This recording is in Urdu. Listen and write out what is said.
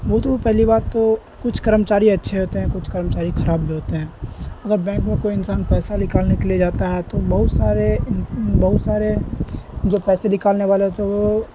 وہ تو پہلی بات تو کچھ کرمچاری اچھے ہوتے ہیں کچھ کرمچاری خراب بھی ہوتے ہیں اگر بینک میں کوئی انسان پیسہ لکالنے کے لیے جاتا ہے تو بہت سارے بہت سارے جو پیسے لکالنے والے ہوتے ہیں وہ